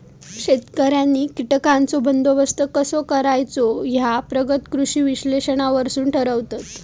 शेतकऱ्यांनी कीटकांचो बंदोबस्त कसो करायचो ह्या प्रगत कृषी विश्लेषणावरसून ठरवतत